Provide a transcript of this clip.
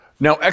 Now